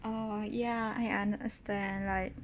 oh ya I understand like